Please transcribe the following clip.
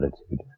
attitude